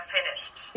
finished